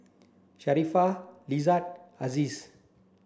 Sharifah Izzat Aziz